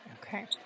Okay